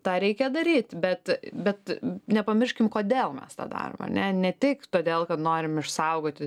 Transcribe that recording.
tą reikia daryt bet bet nepamirškim kodėl mes tą darom ar ne ne tik todėl kad norim išsaugoti